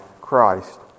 Christ